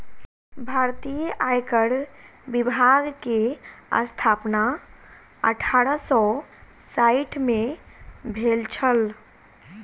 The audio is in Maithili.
भारतीय आयकर विभाग के स्थापना अठारह सौ साइठ में भेल छल